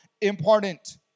important